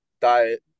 diet